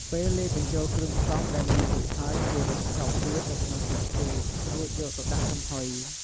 ពេលលាយបញ្ចូលគ្រឿងផ្សំដែលមានរួចហើយគេវេចខ្ចប់វាទៅក្នុងស្លឹកចេករួចយកទៅដាក់ចំហុយ។